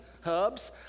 hubs